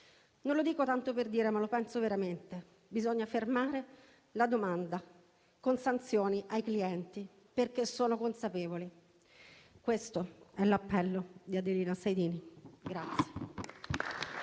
Non lo dico tanto per dire, ma lo penso veramente. Bisogna fermare la domanda con sanzioni ai clienti, perché sono consapevoli». Questo è l'appello di Adelina Sejdini.